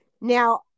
Now